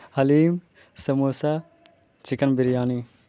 حلیم samosa chicken biryani